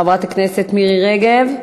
חברת הכנסת מירי רגב,